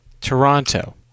Toronto